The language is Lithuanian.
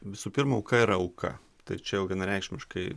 visų pirma auka ir auka tai čia jau vienareikšmiškai